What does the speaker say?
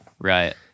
right